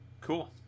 cool